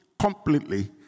completely